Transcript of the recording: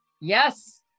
Yes